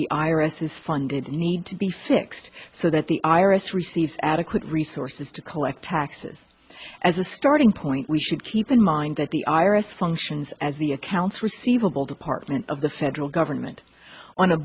the iris is funded need to be fixed so that the iris receives adequate resources to collect taxes as a starting point we should keep in mind that the iris functions as the accounts receivable department of the federal government on a